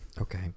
Okay